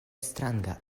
stranga